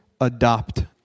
adopt